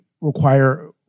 require